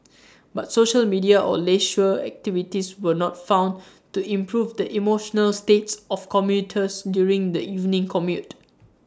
but social media or leisure activities were not found to improve the emotional states of commuters during the evening commute